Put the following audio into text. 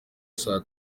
saa